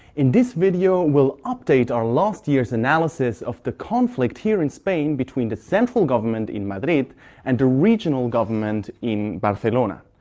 in this video we'll update our last year's analysis of the conflict here in spain between the central government in madrid and the regional government in barcelona.